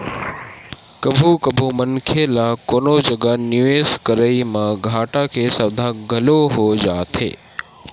कभू कभू मनखे ल कोनो जगा निवेस करई म घाटा के सौदा घलो हो जाथे